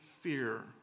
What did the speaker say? fear